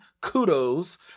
Kudos